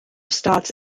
starts